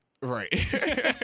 Right